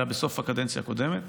זה היה בסוף הקדנציה הקודמת,